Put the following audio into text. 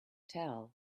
tell